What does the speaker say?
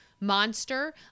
monster